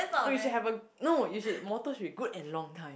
which you should have a no you should motto should be good and long time